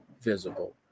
visible